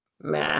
Meh